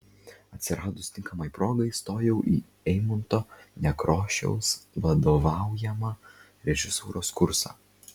atsiradus tinkamai progai stojau į eimunto nekrošiaus vadovaujamą režisūros kursą